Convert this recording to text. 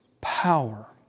power